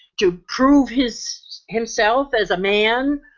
to prove his himself as a man.